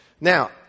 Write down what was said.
now